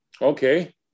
Okay